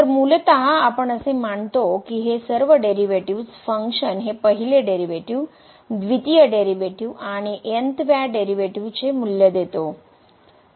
तर मूलतःआपण असे मानतो की हे सर्व डेरिव्हेटिव्ह्ज फंक्शन हे पहिले डेरिव्हेटिव्ह् द्वितीय डेरिव्हेटिव्ह् आणि n व्या डेरिव्हेटिव्ह्चे मूल्य देतो